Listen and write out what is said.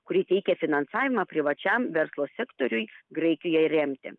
kuri teikia finansavimą privačiam verslo sektoriui graikijai remti